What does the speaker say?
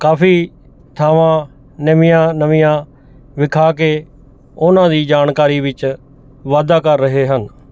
ਕਾਫੀ ਥਾਵਾਂ ਨਵੀਆਂ ਨਵੀਆਂ ਵਿਖਾ ਕੇ ਉਹਨਾਂ ਦੀ ਜਾਣਕਾਰੀ ਵਿੱਚ ਵਾਧਾ ਕਰ ਰਹੇ ਹਨ